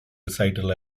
recital